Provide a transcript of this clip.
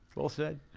well said.